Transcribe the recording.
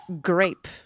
grape